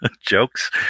jokes